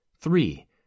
Three